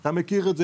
אתה מכיר את זה,